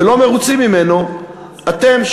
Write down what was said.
ולא מרוצים ממנו אתם,